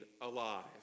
alive